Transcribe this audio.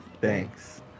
Thanks